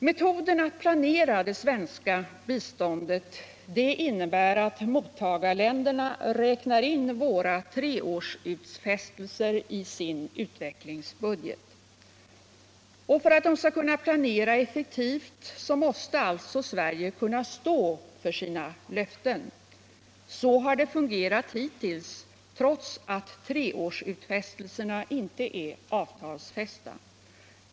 Metoden att planera det svenska biståndet innebär att mottagarländerna räknar in våra treårsutfästelser i sin utvecklingsbudget. För att de skall kunna planera effektivt måste alltså Sverige stå för sina löften. Så har det fungerat hittills, trots att treårsutfästelserna inte är avtalsfästa.